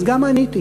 אז גם עניתי,